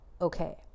okay